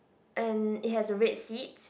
and it has a red seat